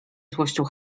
złością